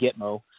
gitmo